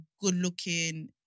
good-looking